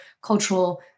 cultural